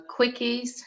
quickies